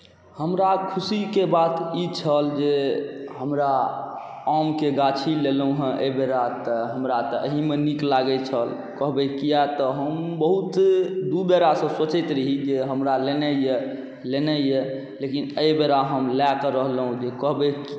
हमरा खुशीके बात ई छल जे हमरा आमके गाछी लेलहुँ हँ एहिबेर हमरा तऽ एहिमे नीक लागै छल कहबै किएक तऽ हम बहुत दुइ बेरसँ सोचैत रही जे हमरा लेनाइ अइ लेनाइ अइ लेकिन एहिबेर हम लऽ कऽ रहलहुँ जे कहबै